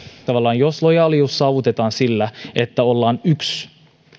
tavallaan lojaalius saavutetaan sillä että ollaan yksöiskansalaisia